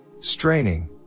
Straining